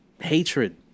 hatred